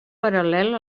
paral·lel